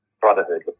brotherhood